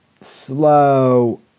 slow